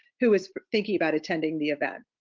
who was thinking about attending the event.